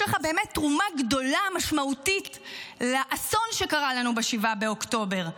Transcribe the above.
ויש לך באמת תרומה גדולה ומשמעותית לאסון שקרה לנו ב-7 באוקטובר.